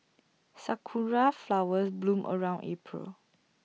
Sakura Flowers bloom around April